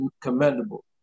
commendable